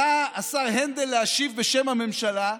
עלה השר הנדל בשם הממשלה,